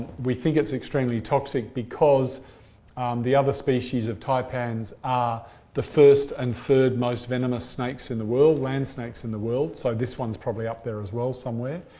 we think it's extremely toxic because the other species of taipans are the first and third most venomous snakes in the world, land snakes in the world. so this one's probably up there as well somewhere.